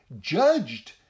judged